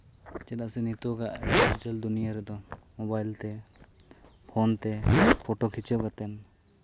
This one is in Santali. ᱪᱮᱫᱟᱜ ᱥᱮ ᱱᱤᱛᱳᱜᱟᱜ ᱰᱤᱡᱤᱴᱮᱹᱞ ᱫᱩᱱᱭᱟᱹ ᱨᱮᱫᱚ ᱢᱳᱵᱟᱭᱤᱞᱼᱛᱮ ᱯᱷᱳᱱᱼᱛᱮ ᱯᱷᱚᱴᱳ ᱠᱷᱤᱪᱟᱹᱣ ᱠᱟᱛᱮᱫ